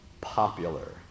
popular